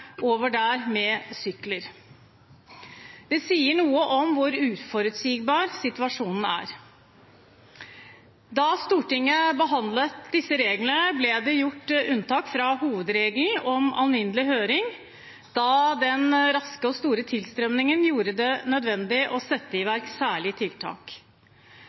over der med sykler. Det sier noe om hvor uforutsigbar situasjonen er. Da Stortinget behandlet disse reglene, ble det gjort unntak fra hovedregelen om alminnelig høring, da den raske og store tilstrømningen gjorde det nødvendig å sette i verk særlige tiltak.